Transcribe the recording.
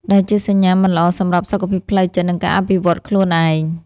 ដែលជាសញ្ញាមិនល្អសម្រាប់សុខភាពផ្លូវចិត្ត និងការអភិវឌ្ឍខ្លួនឯង។